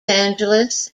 angeles